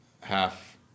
half